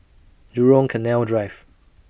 Jurong Canal Drive